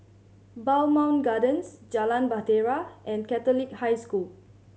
Bowmont Gardens Jalan Bahtera and Catholic High School